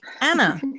Anna